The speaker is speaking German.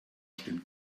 stimmt